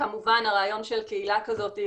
כמובן הרעיון של קהילה כזאת,